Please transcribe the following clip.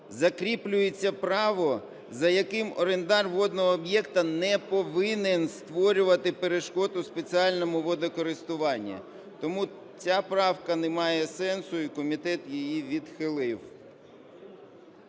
Закріплюється право, за яким орендар водного об'єкта не повинен створювати перешкоду в спеціальному водокористуванні. Тому ця правка не має сенсу, і комітет її відхилив.